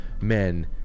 men